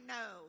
no